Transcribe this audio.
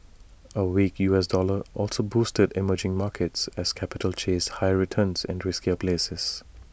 A weak U S dollar also boosted emerging markets as capital chased higher returns in riskier places